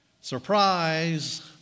Surprise